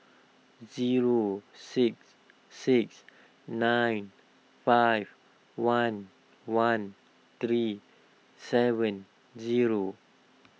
zero six six nine five one one three seven zero